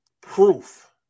proof